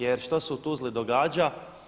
Jer što se u Tuzli događa?